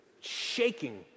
shaking